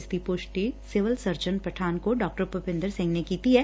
ਇਸ ਦੀ ਪੁਸ਼ਟੀ civil surgeon Pathankot Dr Bhupinder Singh ਨੇ ਕੀਤੀ ਐ